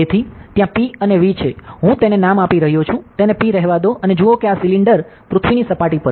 તેથી ત્યાં P અને V છે હું તેને નામ આપી રહ્યો છું તેને P રેહવા દો અને જુઓ કે આ સિલિન્ડર પૃથ્વીની સપાટી પર છે